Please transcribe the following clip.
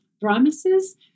promises